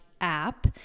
app